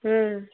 ம்